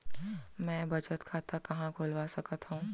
मै बचत खाता कहाँ खोलवा सकत हव?